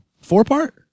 Four-part